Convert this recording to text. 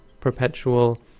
perpetual